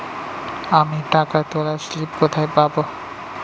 আমি টাকা তোলার স্লিপ কোথায় পাবো?